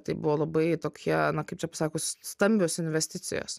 tai buvo labai tokie kaip čia pasakius stambios investicijos